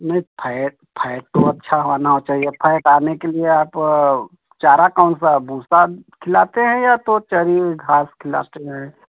नहीं fat fat तो अच्छा आना चाहिए फैट आने के लिए आप चारा कौनसा भूसा खिलाते हैं या तो चरी घास खिलाते हैं